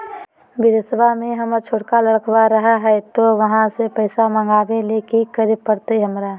बिदेशवा में हमर छोटका लडकवा रहे हय तो वहाँ से पैसा मगाबे ले कि करे परते हमरा?